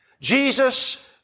Jesus